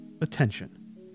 attention